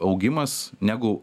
augimas negu